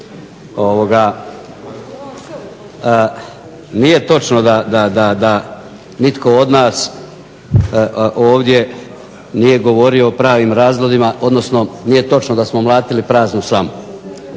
nije točno da nitko od nas ovdje nije govorio o pravim razlozima, odnosno nije točno da smo mlatili praznu slamu.